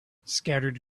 scattered